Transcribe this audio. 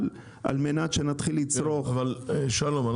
על מנת שנתחיל לצרוך חלב --- שלום,